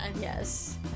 Yes